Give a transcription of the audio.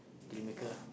deal maker lah